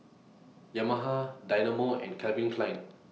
Yamaha Dynamo and Calvin Klein